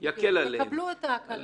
הם יקבלו את ההקלה הזאת.